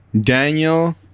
Daniel